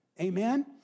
Amen